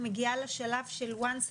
אני מגיעה לשלב של וואנס,